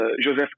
Joseph